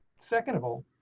second of all,